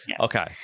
Okay